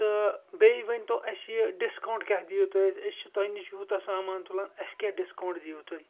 تہٕ بیٚیہِ ؤنۍ تو اَسہِ یہِ ڈِسکاوُنٛٹ کیاہ دِیوٗ تُہۍ اَسہِ أسۍ چھِ تۄہِہ نِش یوٗتاہ سامان تُلان اَسہِ کیاہ ڈِسکاوُنٛٹ دِیوٗ تُہۍ